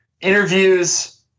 interviews